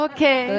Okay